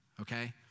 okay